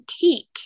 cake